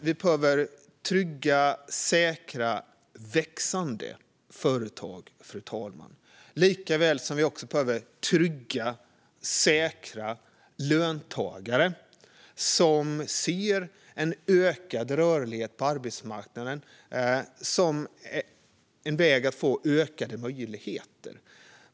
Vi behöver trygga, säkra och växande företag, fru talman, likaväl som vi behöver trygga, säkra löntagare som ser en ökad rörlighet på arbetsmarknaden som en väg till ökade möjligheter.